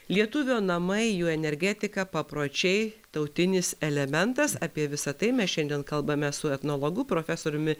lietuvio namai jų energetika papročiai tautinis elementas apie visa tai mes šiandien kalbame su etnologu profesoriumi